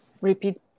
repeat